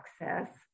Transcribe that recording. access